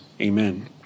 Amen